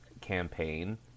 campaign